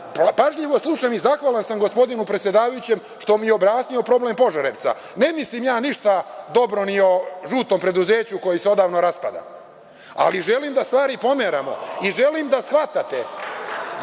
pažljivo slušam i zahvalan sam gospodinu predsedavajućem što mi je objasnio problem Požarevca. Ne mislim ja ništa dobro ni o žutom preduzeću koje se odavno raspada, ali želim da stvari pomeramo i želim da shvatate